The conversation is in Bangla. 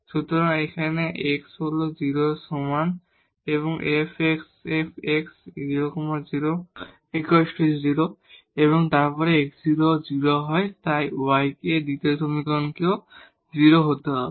সুতরাং এখানে x হল 0 এর সমান এই fxx 0 0 ¿0 এবং তারপর যখন x 0 হয় তাই y কে দ্বিতীয় সমীকরণ কেও 0 হতে হবে